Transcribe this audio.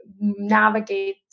navigate